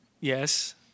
Yes